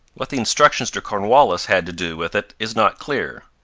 what the instructions to cornwallis had to do with it is not clear.